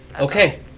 Okay